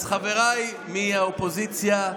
אז חבריי מהאופוזיציה,